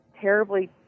terribly